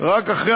אחרי